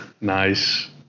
Nice